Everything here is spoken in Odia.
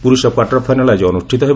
ପୁରୁଷ କ୍ୱାର୍ଟର ଫାଇନାଲ୍ ଆଜି ଅନୁଷ୍ଠିତ ହେବ